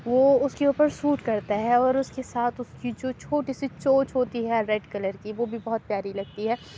وہ اُس کے اُوپر سوٹ کرتا ہے اور اُس کے ساتھ اُس کی جو چھوٹی سی چونچ ہوتی ہے ریڈ کلر کی وہ بھی بہت پیاری لگتی ہے